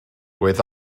oedd